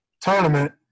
tournament